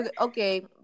okay